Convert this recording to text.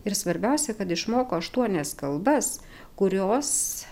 ir svarbiausia kad išmoko aštuonias kalbas kurios